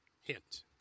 hint